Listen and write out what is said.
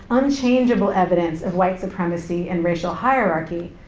unchangeable evidence of white supremacy and racial hierarchy,